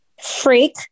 freak